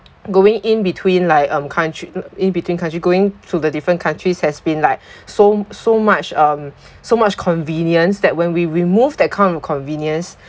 going in between like um country in between country going to the different countries has been like so so much um so much convenience that when we remove that kind of convenience